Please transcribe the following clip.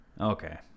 Okay